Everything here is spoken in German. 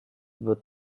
wird